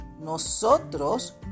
Nosotros